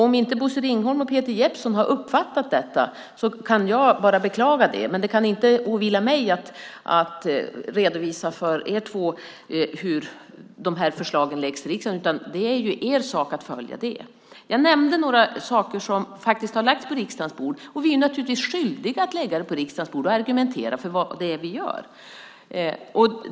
Om Bosse Ringholm och Peter Jeppsson inte har uppfattat detta kan jag bara beklaga det, men det kan inte åvila mig att redovisa för dem hur dessa förslag läggs fram i riksdagen. Det är ju deras sak att följa det. Jag nämnde några saker som faktiskt har lagts på riksdagens bord. Vi är naturligtvis skyldiga att lägga dem på riksdagens bord och argumentera för det vi gör.